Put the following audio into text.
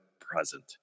present